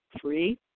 Three